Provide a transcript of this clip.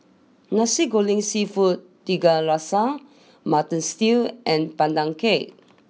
Nasi Goreng Seafood Tiga Rasa Mutton Stew and Pandan Cake